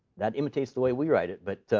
that imitates the way we write it, but